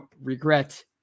regret